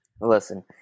Listen